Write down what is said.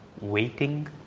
waiting